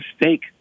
mistake